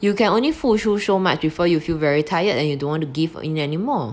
you can only 付出 so much before you feel very tired and then you don't want to give in anymore